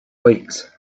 weeks